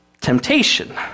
temptation